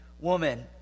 woman